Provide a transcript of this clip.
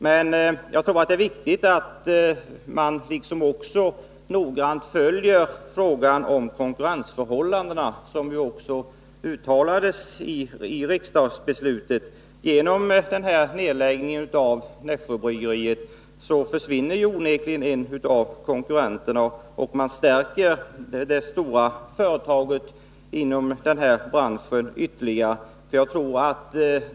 Men jag tror det är viktigt att man också noggrant följer frågan om konkurrensförhållandena, såsom också uttalades i riksdagsbeslutet. Genom nedläggningen av Nässjö Bryggeri AB försvinner onekligen en av konkurrenterna, varigenom det stora företaget i branschen ytterligare stärker sin ställning.